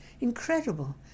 incredible